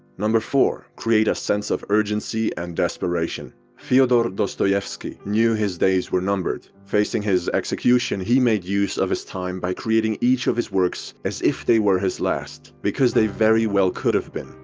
four create a sense of urgency and desperation fyodor dostoevsky knew his days were numbered. facing his execution he made use of his time by creating each of his works as if they were his last, because they very well could've been.